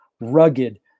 rugged